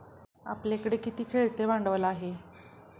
आपल्याकडे किती खेळते भांडवल आहे?